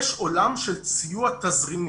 יש עולם של סיוע תזרימי.